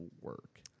work